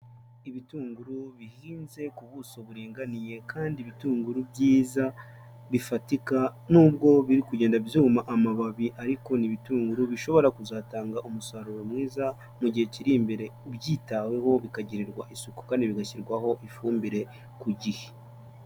Ibitunguru bihinze ku buso buringaniye, kandi ibitunguru byiza bifatika n'ubwo biri kugenda byuma amababi ariko n'ibitunguru bishobora kuzatanga umusaruro mwiza mu gihe kiri imbere byitaweho bikagirirwa isuku kandi bigashyirwaho ifumbire ku gihe.